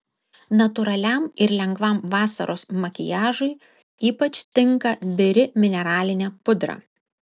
natūraliam ir lengvam vasaros makiažui ypač tinka biri mineralinė pudra